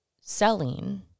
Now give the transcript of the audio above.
selling